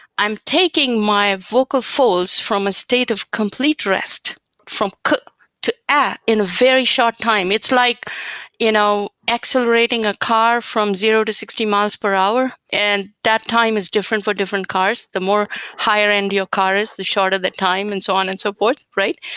i'm taking my vocal folds from a state of complete rest from k to a in a very short time. it's like you know accelerating a car from zero to sixty miles per hour, and that time is different for different cars. the more higher-end your car is, the shorter the time and so on and so forth, right?